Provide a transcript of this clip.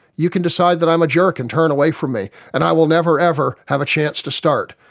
you can decide that i'm a jerk and turn away from me and i will never, ever have a chance to start.